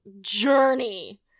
journey